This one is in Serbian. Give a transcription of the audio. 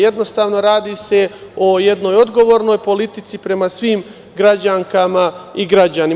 Jednostavno, radi se o jednoj odgovornoj politici prema svim građankama i građanima.